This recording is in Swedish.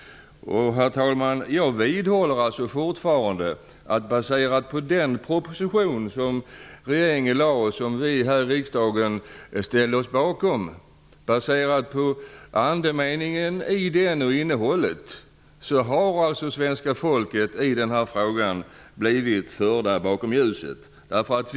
Herr talman! Jag vidhåller fortfarande att baserat på andemeningen och innehållet i den proposition som regeringen lade fram och som vi här i riksdagen ställde oss bakom har svenska folket blivit förda bakom ljuset i den här frågan.